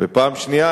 ופעם שנייה,